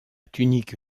tunique